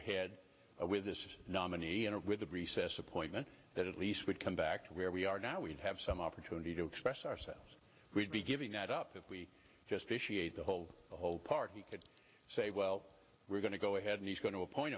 ahead with this nominee and with a recess appointment that at least would come back to where we are now we'd have some opportunity to express ourselves we'd be giving that up if we just vitiate the whole the whole party could say well we're going to go ahead and he's going to appoint